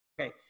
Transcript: Okay